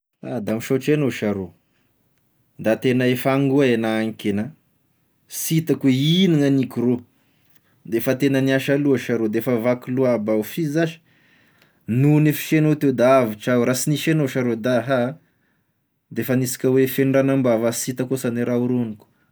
Ah da misaotry anao sha rô, da tena efa angoa e agna i ankegna, sitako hoe ino gn'agniko rô, d'ef tena niasa loha sha rô, d'efa vaky loha aby aho f'izy zash, noho gn'afianao teo da avotry aho, raha sy nisy anao sha rô da aha, defa hanisika hoe feno rano am-bava a sitako e shagne raha horogniko.